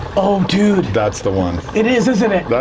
oh, dude. that's the one. it is, isn't it? but